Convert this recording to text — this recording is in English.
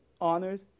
honored